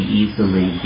easily